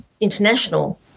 international